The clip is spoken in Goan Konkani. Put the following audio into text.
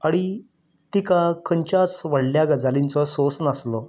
आनी तिका खंयच्याच व्हडल्या गजालींचो सोंस नासलो